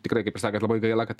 tikrai kaip ir sakėt labai gaila kad